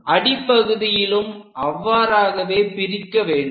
அடிப்பகுதியிலும் அவ்வாறாகவே பிரிக்க வேண்டும்